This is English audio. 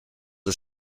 are